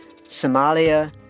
Somalia